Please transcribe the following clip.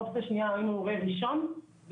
אופציה שנייה האם הוא ההורה הראשון והאופציה